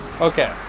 Okay